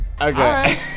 Okay